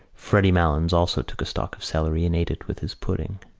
freddy malins also took a stalk of celery and ate it with his pudding.